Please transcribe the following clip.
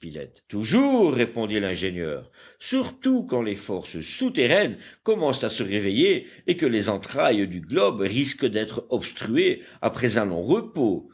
toujours répondit l'ingénieur surtout quand les forces souterraines commencent à se réveiller et que les entrailles du globe risquent d'être obstruées après un long repos